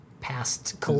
past